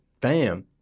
Bam